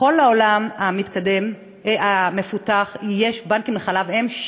בכל העולם המפותח יש בנקים לחלב אם,